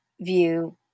view